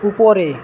উপরে